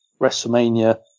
WrestleMania